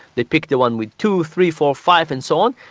they pick the one with two, three, four, five and so on.